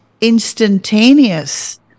instantaneous